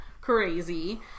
crazy